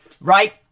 right